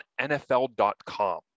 NFL.com